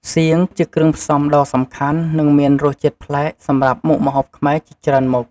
សៀង ជាគ្រឿងផ្សំដ៏សំខាន់ និងមានរសជាតិប្លែកសម្រាប់មុខម្ហូបខ្មែរជាច្រើនមុខ។